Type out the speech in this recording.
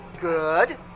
good